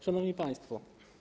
Szanowni Państwo!